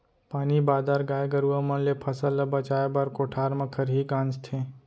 पानी बादर, गाय गरूवा मन ले फसल ल बचाए बर कोठार म खरही गांजथें